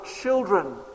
children